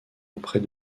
auprès